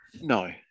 No